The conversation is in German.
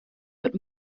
mit